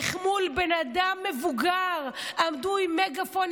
איך מול בן אדם מבוגר עמדו עם מגאפונים